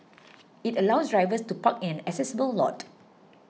it allows drivers to park in an accessible lot